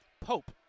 Pope